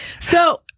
So-